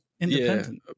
independent